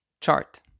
chart